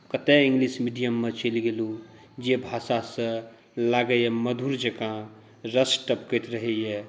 कतऽ इङ्गलिश मीडियममे चलि गेलहुँ जे भाषासँ लागैए मधुर जकाँ रस टपकैत रहैए